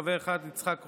חבר אחד: יצחק קרויזר,